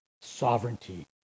sovereignty